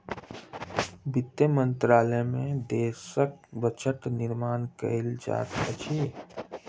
वित्त मंत्रालय में देशक बजट निर्माण कयल जाइत अछि